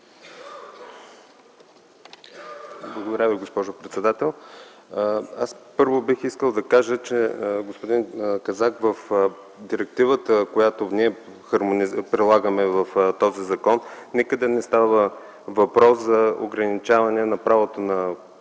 Благодаря Ви, госпожо председател. Първо бих искал да кажа, господин Казак, че в директивата, която ние прилагаме в този закон, никъде не става въпрос за ограничаване на правото на банките